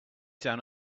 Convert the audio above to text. down